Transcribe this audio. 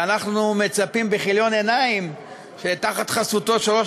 ואנחנו מצפים בכיליון עיניים שתחת חסותו של ראש